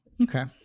Okay